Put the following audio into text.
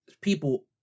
people